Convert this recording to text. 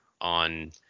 on